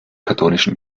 katholischen